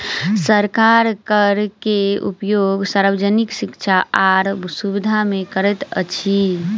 सरकार कर के उपयोग सार्वजनिक शिक्षा आर सुविधा में करैत अछि